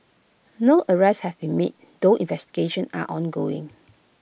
no arrests have been made though investigations are ongoing